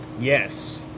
Yes